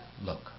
look